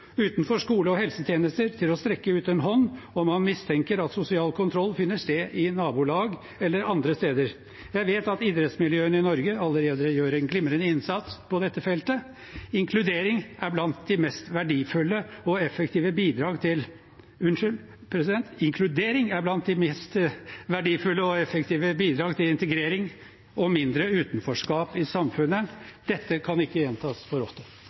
utenfor skole og helsetjeneste, til å rekke ut en hånd om man mistenker at sosial kontroll finner sted i nabolag eller andre steder. Jeg vet at idrettsmiljøene i Norge allerede gjør en glimrende innsats på dette feltet. Inkludering er blant de mest verdifulle og effektive bidrag til integrering og mindre utenforskap i samfunnet. Dette kan ikke gjentas for ofte. I alle samfunn finnes det normer for akseptabel oppførsel. Man kan